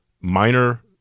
minor